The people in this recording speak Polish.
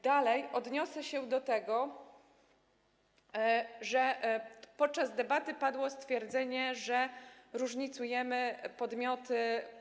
Dalej odniosę się do tego, że podczas debaty padło stwierdzenie, że różnicujemy podmioty.